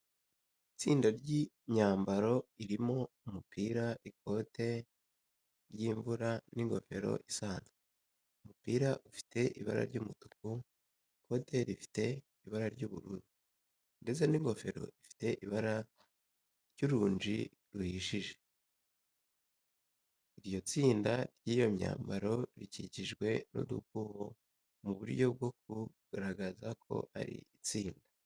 Itsinda ry'imyambaro irimo; umupira, ikote ry'imvura, n'ingofero isanzwe. Umupira ufite ibara ry'umutuku, ikote rifite ibara ry'ubururu, ndetse n'ingofero ifite ibara ry'irunji rihishije. Iryo tsinda ry'iyo myambaro rikikijwe n'udukubo mu buryo bwo kugaragaza ko ari itsinda.